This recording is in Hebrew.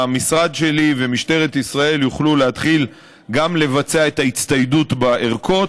והמשרד שלי ומשטרת ישראל יוכלו להתחיל לבצע את ההצטיידות בערכות,